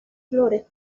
flores